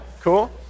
cool